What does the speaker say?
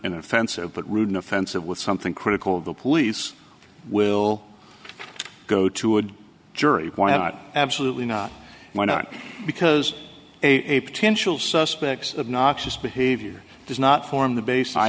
and offensive but rude and offensive with something critical the police will go to a jury why not absolutely not why not because a potential suspects of noxious behavior does not form the bas